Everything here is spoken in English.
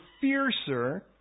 fiercer